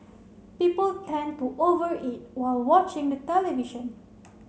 people tend to over eat while watching the television